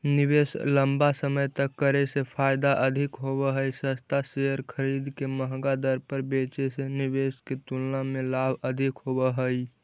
निवेश लंबा समय तक करे से फायदा अधिक होव हई, सस्ता शेयर खरीद के महंगा दर पर बेचे से निवेश के तुलना में लाभ अधिक होव हई